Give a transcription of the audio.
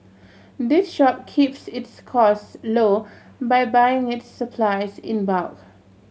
the shop keeps its costs low by buying its supplies in bulk